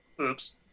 Oops